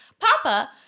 Papa